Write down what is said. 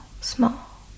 small